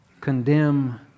condemn